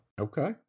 Okay